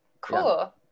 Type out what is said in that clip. cool